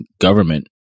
government